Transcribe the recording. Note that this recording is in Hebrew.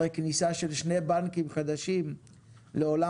הרי כניסה של שני בנקים חדשים לעולם